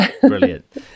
Brilliant